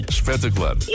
Espetacular